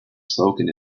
spoken